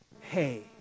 hey